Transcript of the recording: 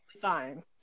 fine